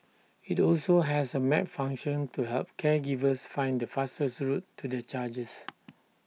IT also has A map function to help caregivers find the fastest route to their charges